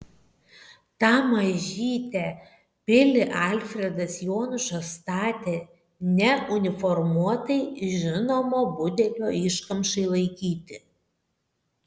tą mažytę pilį alfredas jonušas statė ne uniformuotai žinomo budelio iškamšai laikyti